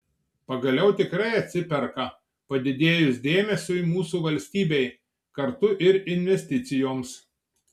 pagaliau tikrai atsiperka padidėjus dėmesiui mūsų valstybei kartu ir investicijoms